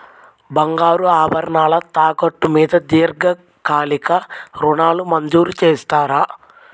బంగారు ఆభరణాలు తాకట్టు మీద దీర్ఘకాలిక ఋణాలు మంజూరు చేస్తారా?